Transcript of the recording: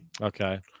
okay